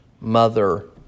mother